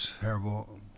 terrible